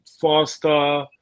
faster